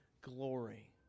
glory